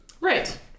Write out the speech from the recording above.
Right